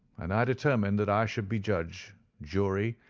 and i determined that i should be judge, jury,